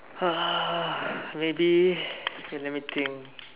uh maybe okay let me think